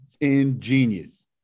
Ingenious